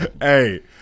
Hey